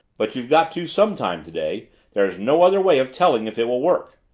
but you've got to sometime today there's no other way of telling if it will work.